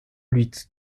huit